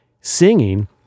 singing